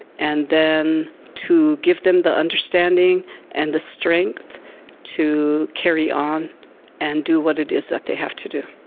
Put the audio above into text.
and then to give them the understanding and the strength to carry on and do what it is that they have to do.